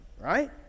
right